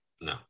No